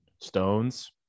Stones